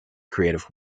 creative